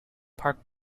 park